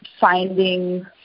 finding